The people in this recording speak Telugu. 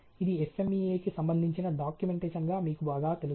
ఇది FMEA కి సంబంధించిన డాక్యుమెంటేషన్గా మీకు బాగా తెలుసు